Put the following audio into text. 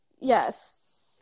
Yes